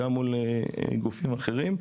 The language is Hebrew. גם מול גופים אחרים.